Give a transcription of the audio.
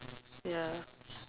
ya